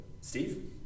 Steve